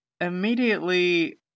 Immediately